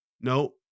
No